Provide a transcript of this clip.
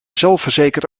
zelfverzekerd